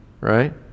right